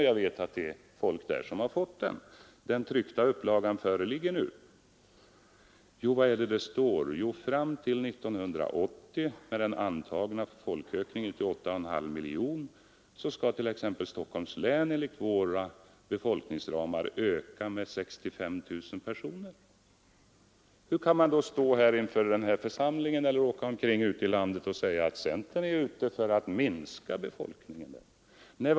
Jag vet att det är folk där som har fått den, och den tryckta upplagan föreligger nu. Vad är det som står där? Jo, fram till 1980, med den antagna folkökningen till 8,5 miljoner, skall t.ex. Stockholms län enligt våra befolkningsramar öka med 65 000 personer. Hur kan man då inför den här församlingen eller åka omkring i landet och säga att centern är ute för att minska befolkningen i Stockholm?